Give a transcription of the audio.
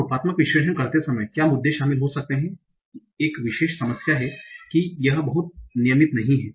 अब रूपात्मक विश्लेषण करते समय क्या मुद्दे शामिल हो सकते हैं एक विशेष समस्या है की यह बहुत नियमित नहीं है